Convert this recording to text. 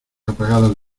apagadas